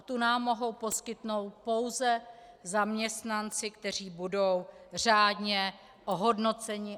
Tu nám mohou poskytnout pouze zaměstnanci, kteří budou řádně ohodnoceni.